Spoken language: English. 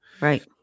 Right